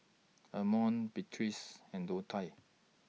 Armond Beatriz and Donte